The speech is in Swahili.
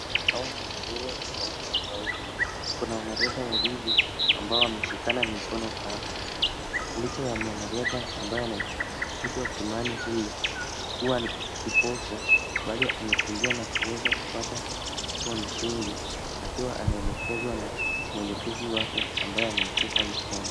Hawa ni wanariadha tofauti tofauti, kuna wanariadha wawili, ambao wameshikana mikono hapa, richa ya mwanariadha ambaye anaitwa Kimani huyu, kuwa kipofu, bado amekimbia na kuweza kupata, kuwa mshindi, akiwa ana elekezwa na mwelekezi wake, ambaye amemshika mkono.